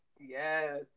yes